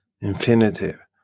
Infinitive